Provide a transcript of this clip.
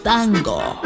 Tango